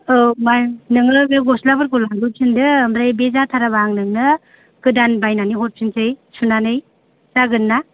औ मा नोङो बे गस्ला फोरखौ लाबो फिनदो आमफ्राय बे जाथाराबा आं नोंनो गोदान बायनानै हरफिनसै सुनानै जागोन ना